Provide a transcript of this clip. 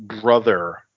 brother